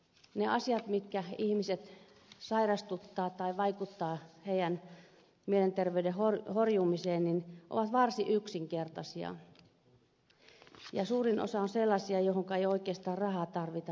ne asiat jotka sairastuttavat ihmiset tai jotka vaikuttavat heidän mielenterveytensä horjumiseen ovat varsin yksinkertaisia ja suurin osa niistä on sellaisia joihinka ei oikeastaan rahaa tarvita pätkääkään